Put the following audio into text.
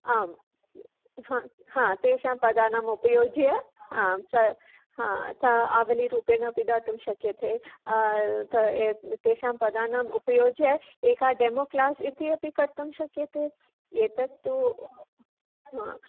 आं तेषां पदानाम् उपयुज्य आं च च आवलीरूपेण अपि दातुं शक्यते तत् तेषां पदानाम् उपयुज्य एका डेमो क्लास् इति अपि कर्तुं शक्यते एतत्तु